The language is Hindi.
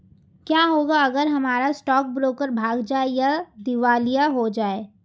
क्या होगा अगर हमारा स्टॉक ब्रोकर भाग जाए या दिवालिया हो जाये?